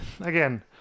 Again